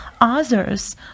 Others